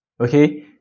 okay